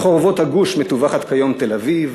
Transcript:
מחורבות הגוש מטווחת כיום תל-אביב,